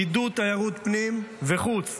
עידוד תיירות פנים וחוץ,